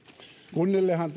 kunnillehan